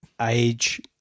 age